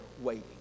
waiting